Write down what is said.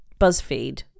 BuzzFeed